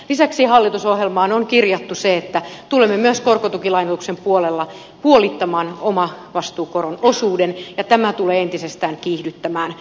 lisäksi hallitusohjelmaan on kirjattu se että tulemme myös korkotukilainoituksen puolella puolittamaan omavastuukoron osuuden ja tämä tulee entisestään kiihdyttämään rakentamista